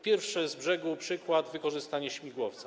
Pierwszy z brzegu przykład: wykorzystanie śmigłowca.